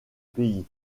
pays